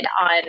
on